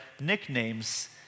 nicknames